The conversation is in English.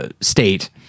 state